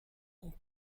mon